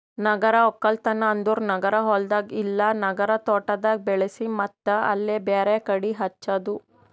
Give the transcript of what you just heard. ನಗರ ಒಕ್ಕಲ್ತನ್ ಅಂದುರ್ ನಗರ ಹೊಲ್ದಾಗ್ ಇಲ್ಲಾ ನಗರ ತೋಟದಾಗ್ ಬೆಳಿಸಿ ಮತ್ತ್ ಅಲ್ಲೇ ಬೇರೆ ಕಡಿ ಹಚ್ಚದು